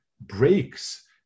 breaks